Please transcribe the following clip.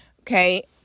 Okay